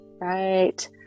Right